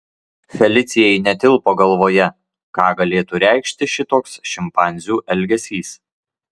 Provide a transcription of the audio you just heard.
felicijai netilpo galvoje ką galėtų reikšti šitoks šimpanzių elgesys